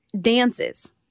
dances